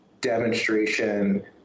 demonstration